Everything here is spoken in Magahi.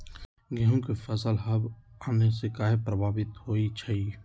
गेंहू के फसल हव आने से काहे पभवित होई छई?